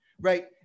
Right